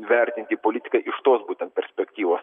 vertinti politiką iš tos būtent perspektyvos